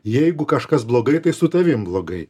jeigu kažkas blogai tai su tavim blogai